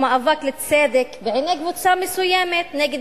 הוא מאבק לצדק בעיני קבוצה מסוימת נגד